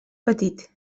petit